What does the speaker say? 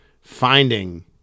finding